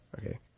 Okay